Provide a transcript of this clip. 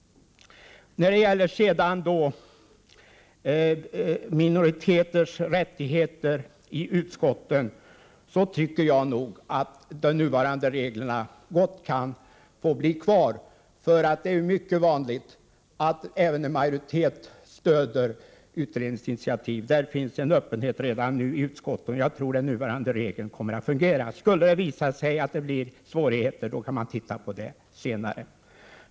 När det gäller minoriteters rättigheter i utskotten tycker jag att de nuvarande reglerna gott kan få bli kvar. Det är mycket vanligt att även en majoritet stöder begäran om utredning. Där har vi en öppenhet redan nu i utskotten, och jag tror att de nuvarande reglerna kommer att fungera. Skulle det visa sig att det blir svårigheter kan man se över dessa senare.